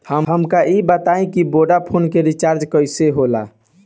हमका ई बताई कि वोडाफोन के रिचार्ज कईसे होला?